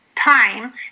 Time